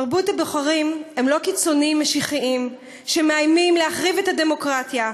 מרבית הבוחרים הם לא קיצונים משיחיים שמאיימים להחריב את הדמוקרטיה,